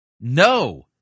No